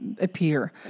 appear